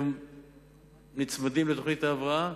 הם נצמדים לתוכנית ההבראה,